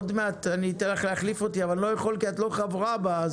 עוד מעט אתן לך להחליף אותי אבל אני לא יכול כי את לא חברה בוועדה.